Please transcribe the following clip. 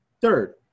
Third